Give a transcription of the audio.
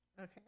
Okay